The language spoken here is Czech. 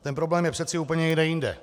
Ten problém je přeci úplně někde jinde.